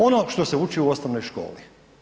Ono što se uči u osnovnoj školi.